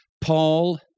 Paul